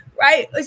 Right